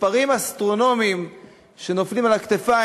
מספרים אסטרונומיים שנופלים על הכתפיים